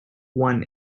won